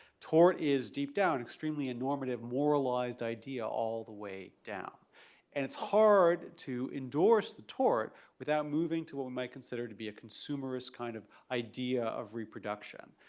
tort is, deep-down, extremely a normative moralized idea all the way down and it's hard to endorse the tort without moving to what we might consider to be a consumerist kind of idea of reproduction.